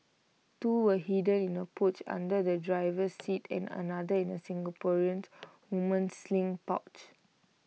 two were hidden in A pouch under the driver's seat and another in A Singaporean woman's sling pouch